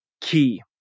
key